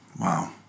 Wow